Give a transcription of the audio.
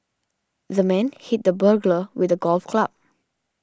the man hit the burglar with a golf club